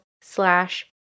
slash